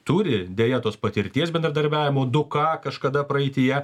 turi deja tos patirties bendradarbiavimo du ką kažkada praeityje